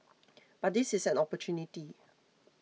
but this is an opportunity